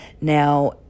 Now